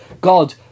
God